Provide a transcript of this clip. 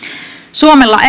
suomella